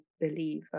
believe